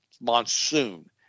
monsoon